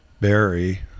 Barry